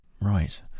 Right